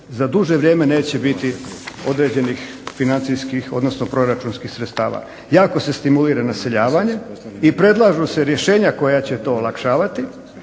za duže vrijeme neće biti određenih financijskih odnosno proračunskih sredstava. Jako se stimulira naseljavanje i predlažu se rješenja koja će to olakšavati,